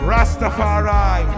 Rastafari